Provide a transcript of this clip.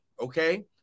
Okay